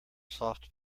soft